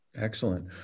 Excellent